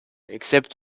except